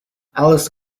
alice